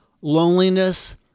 loneliness